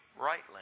rightly